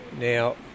now